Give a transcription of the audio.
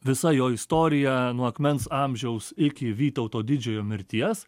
visa jo istorija nuo akmens amžiaus iki vytauto didžiojo mirties